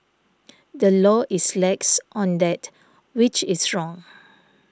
the law is lax on that which is wrong